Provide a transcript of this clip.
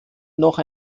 noch